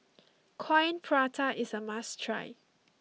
Coin Prata is a must try